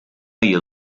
you